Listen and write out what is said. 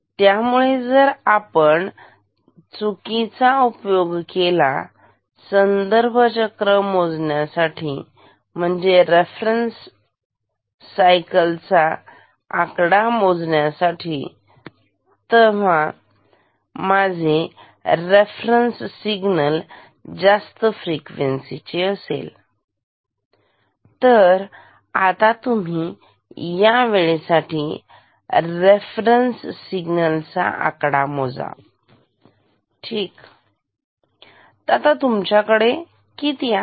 तर त्यामुळे जर आपण चुकीचा उपयोग केला संदर्भ चक्र मोजण्यासाठी म्हणजे रेफरन्स सायकल चा आकडा मोजण्यासाठी तर माझे रेफरन्स सिग्नल जास्त फ्रिक्वेन्सी चे असेल तर आता तुम्ही या वेळे साठी रेफरन्स सिग्नल चा आकडा मोजा ठीक तर आता तुमच्याकडे किती आहे